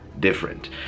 different